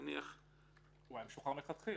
הוא היה משוחרר מלכתחילה.